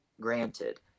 Granted